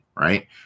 right